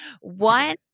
One